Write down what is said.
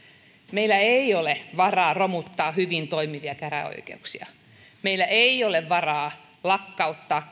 meillä ei ole varaa romuttaa hyvin toimivia käräjäoikeuksia meillä ei ole varaa lakkauttaa